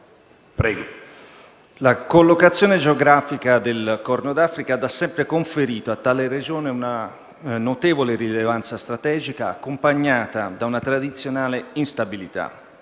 la collocazione geografica del Corno d'Africa ha da sempre conferito a tale regione una notevole rilevanza strategica, accompagnata da una tradizionale instabilità.